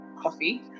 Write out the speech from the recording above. coffee